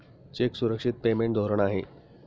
check सुरक्षित payment धोरण आहे